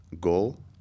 goal